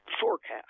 forecast